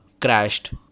crashed